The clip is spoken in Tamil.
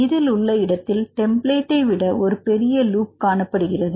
இதில் உள்ள இந்த இடத்தில் டெம்ப்ளேட் விட ஒரு பெரிய லூப் காணப்படுகிறது